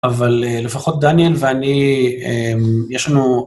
אבל לפחות דניאל ואני, יש לנו...